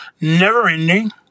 never-ending